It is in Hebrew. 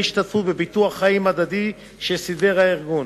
השתתפות בביטוח חיים הדדי שסידר הארגון.